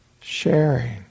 sharing